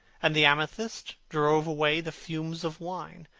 and the amethyst drove away the fumes of wine.